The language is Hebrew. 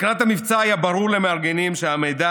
לקראת המבצע היה ברור למארגנים שהמידע